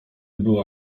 była